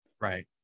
Right